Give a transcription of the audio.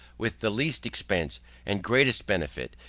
with the least expence and greatest benefit,